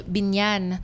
Binyan